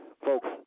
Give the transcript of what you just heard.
Folks